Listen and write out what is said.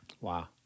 Wow